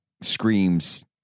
screams